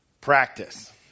practice